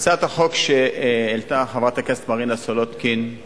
הצעת החוק שהעלתה חברת הכנסת מרינה סולודקין היא